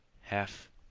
half